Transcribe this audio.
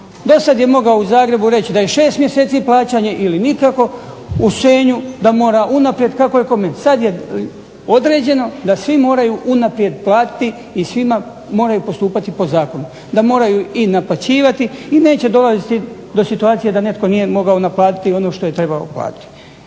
Do sada je mogao u Zagrebu reći da je 6 mjeseci plaćanje ili nikako, u Senju da mora unaprijed, kako kome, sada je određeno da svi moraju unaprijed platiti i svi moraju postupati po zakonu da moraju naplaćivati i neće dolaziti do situacije da netko nije mogao naplatiti ono što je trebao uplatiti.